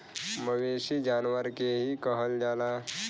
मवेसी जानवर के ही कहल जाला